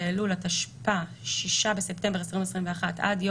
בראש השנה 21. על אף האמור בתקנות אלה,